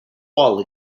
wall